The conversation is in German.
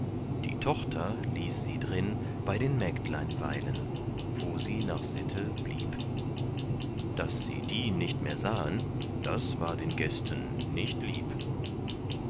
die tochter ließ sie drin bei den mägdlein weilen wo sie nach sitte blieb daß sie die nicht mehr sahen das war den gästen nicht lieb